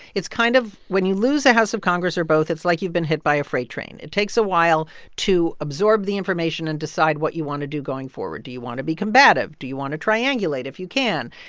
it's kind of when you lose a house of congress or both, it's like you've been hit by a freight train. it takes a while to absorb the information and decide what you want to do going forward. do you want to be combative? do you want to triangulate if you can?